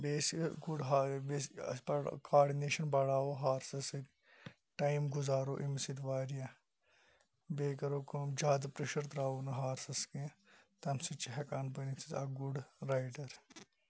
coordination بَڑاوو horses سۭتۍ time گُزارو أمِس سۭتۍ واریاہ بیٚیہِ کَرو کٲم جادٕ پریٚشَر ترٛاوو نہٕ ہارٕسَس کینٛہہ تمہِ سۭتۍ چھُ ہیٚکان أسۍ اکھ گُڈ رایڈَر